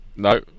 No